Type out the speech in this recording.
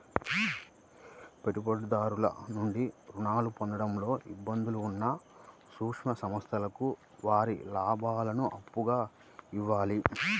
పెట్టుబడిదారుల నుండి రుణాలు పొందడంలో ఇబ్బందులు ఉన్న సూక్ష్మ సంస్థలకు వారి లాభాలను అప్పుగా ఇవ్వాలి